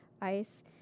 ice